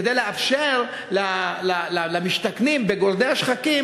כדי לאפשר למשתכנים בגורדי השחקים